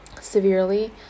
severely